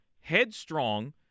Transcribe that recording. headstrong